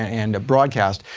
and broadcast,